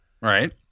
Right